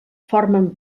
formen